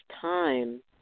time